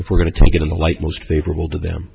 if we're going to take it in the light most favorable to them